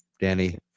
Danny